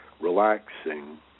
relaxing